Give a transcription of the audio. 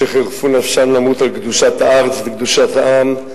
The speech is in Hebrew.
שחירפו נפשם למות על קדושת הארץ וקדושת העם,